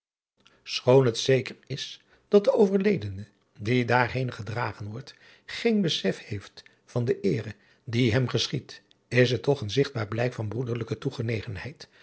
choon het zeker is dat de overledene die daarhenen gedragen wordt geen besef heeft van de eere die hem geschiedt is het toch een zigtbaar blijk van broederlijke